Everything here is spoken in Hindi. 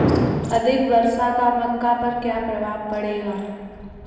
अधिक वर्षा का मक्का पर क्या प्रभाव पड़ेगा?